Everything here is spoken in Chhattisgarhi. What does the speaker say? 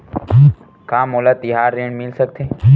का मोला तिहार ऋण मिल सकथे?